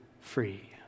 free